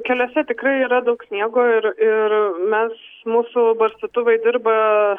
keliuose tikrai yra daug sniego ir ir mes mūsų barstytuvai dirba